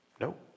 Nope